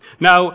Now